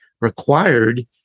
required